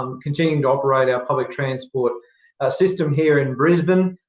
um continuing to operate our public transport system here in brisbane,